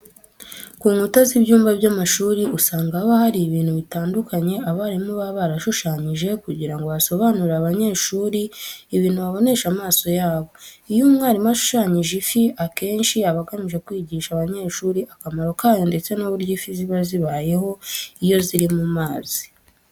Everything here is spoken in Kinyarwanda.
Ku nkuta z'ibyumba by'amashuri usanga haba hari ibintu bitandukanye abarimu baba barahashushanyije kugira ngo basobanurire abanyeshuri ibintu babonesha amaso yabo. Iyo mwarimu ashushanyije ifi, akenshi aba agamije kwigisha abanyeshuri akamaro kayo ndetse n'uburyo ifi ziba zibayeho iyo ziri mu mazi.